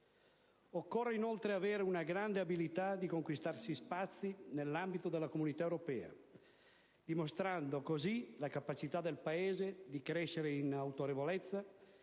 Occorre inoltre avere una grande abilità nel conquistarsi spazi nell'ambito della Comunità europea, dimostrando così la capacità del Paese di crescere in autorevolezza